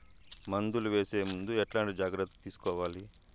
మందులు వేసే ముందు ఎట్లాంటి జాగ్రత్తలు తీసుకోవాలి?